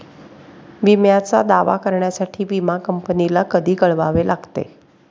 विम्याचा दावा करण्यासाठी विमा कंपनीला कधी कळवावे लागते?